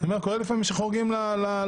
אני אומר שקורה לפעמים לחורגים לווטסאפ,